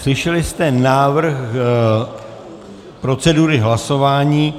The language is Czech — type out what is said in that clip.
Slyšeli jste návrh procedury hlasování.